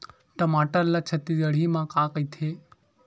टमाटर ला छत्तीसगढ़ी मा का कइथे?